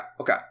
okay